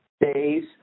days